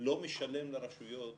לא משלם לרשויות